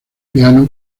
piano